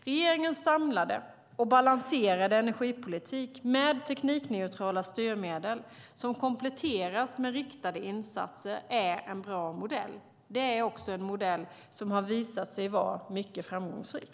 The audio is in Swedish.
Regeringens samlade och balanserade energipolitik med teknikneutrala styrmedel, som kompletteras med riktade insatser, är en bra modell. Det är också en modell som har visat sig vara mycket framgångsrik.